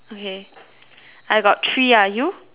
I got three ah you